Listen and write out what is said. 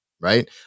Right